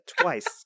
twice